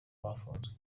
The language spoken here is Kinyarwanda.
bafunzwe